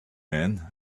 men